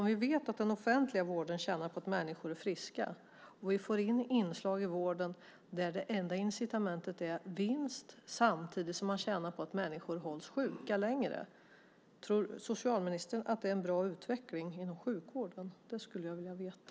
Om vi vet att den offentliga vården tjänar på att människor är friska och vi får in ett inslag i vården där det enda incitamentet är vinst samtidigt som man tjänar på att människor hålls sjuka längre, tror socialministern att det är en bra utveckling inom sjukvården? Det skulle jag vilja veta.